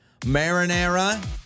Marinara